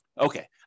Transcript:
Okay